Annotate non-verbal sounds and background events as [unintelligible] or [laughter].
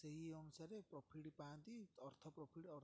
ସେହି ଅନୁସାରେ ପ୍ରଫିଟ୍ ପାଆନ୍ତି [unintelligible]